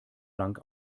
lang